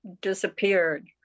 disappeared